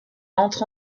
entre